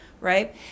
right